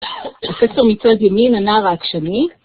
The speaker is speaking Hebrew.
פרופסור מצד ימין, הנער העקשני